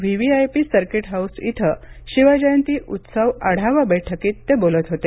VVIP circuit house येथे शिवजयती उत्सव आढावा बैठकीत ते बोलत होते